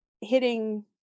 hitting